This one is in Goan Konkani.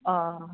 हय